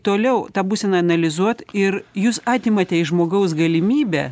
toliau tą būseną analizuot ir jūs atimate iš žmogaus galimybę